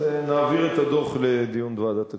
אז נעביר את הדוח לדיון בוועדת הכספים.